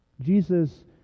Jesus